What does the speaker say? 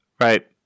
Right